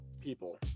people